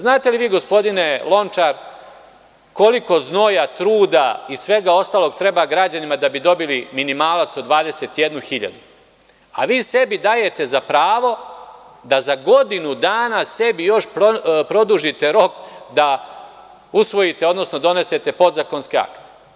Znate li vi, gospodine Lončar, koliko znoja, truda i svega ostalog treba građanima da bi dobili minimalac od 21.000, a vi sebi dajete za pravo da za godinu dana sebi još produžite rok da usvojite, odnosno donesete podzakonski akt.